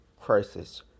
crisis